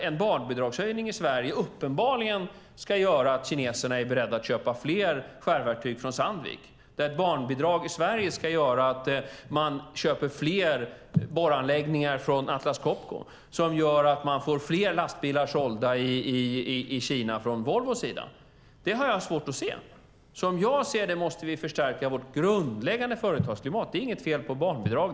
En barnbidragshöjning i Sverige ska uppenbarligen göra att kineserna är beredda att köpa fler skärverktyg från Sandvik. Ett barnbidrag i Sverige ska göra att man köper fler borranläggningar från Atlas Copco. Det ska göra att Volvo får fler lastbilar sålda i Kina. Det har jag svårt att se. Som jag ser det måste vi förstärka vårt grundläggande företagsklimat. Det är inget fel på barnbidraget.